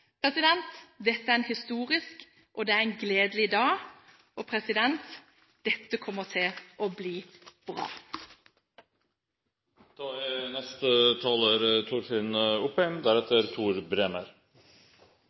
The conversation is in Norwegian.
Dette er en historisk, og en gledelig, dag. Dette kommer til å bli